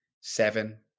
seven